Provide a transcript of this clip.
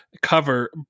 cover